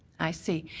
i see.